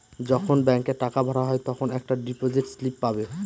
যখন ব্যাঙ্কে টাকা ভরা হয় তখন একটা ডিপোজিট স্লিপ পাবে